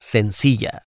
Sencilla